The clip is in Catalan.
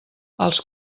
els